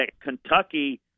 Kentucky